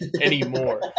anymore